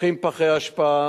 הופכים פחי אשפה